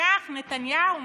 קח, נתניהו.